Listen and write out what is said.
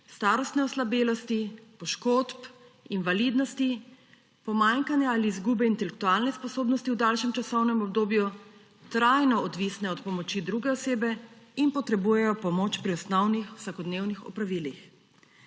starostne oslabelosti, poškodb, invalidnosti, pomanjkanja ali izgube intelektualne sposobnosti v daljšem časovnem obdobju trajno odvisne od pomoči druge osebe in potrebujejo pomoč pri osnovnih vsakodnevnih opravilih.